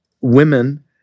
women